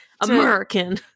American